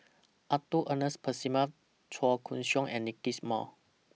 Arthur Ernest Percival Chua Koon Siong and Nickys Moey